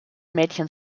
mädchen